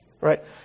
Right